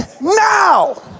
now